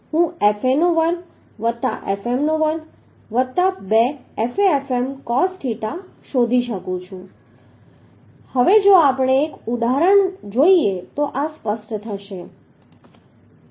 હું Fa નો વર્ગ વત્તા Fm નો વર્ગ વત્તા 2 Fa Fm cos થીટા શોધી શકું છું હવે જો આપણે એક ઉદાહરણ જોઈએ તો આ સ્પષ્ટ થશે